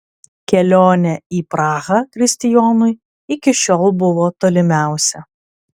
kelionė į prahą kristijonui iki šiol buvo tolimiausia